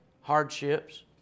hardships